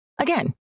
Again